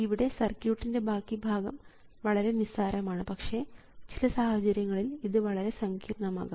ഇവിടെ സർക്യൂട്ടിൻറെ ബാക്കി ഭാഗം വളരെ നിസാരമാണ് പക്ഷേ ചില സാഹചര്യങ്ങളിൽ ഇത് വളരെ സങ്കീർണം ആകാം